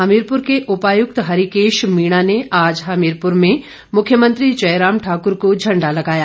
हमीरपुर के उपायुक्त हरिकेश मीणा ने आज हमीरपुर में मुख्यमंत्री जयराम ठाकुर को झंडा लगाया